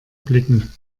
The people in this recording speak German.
blicken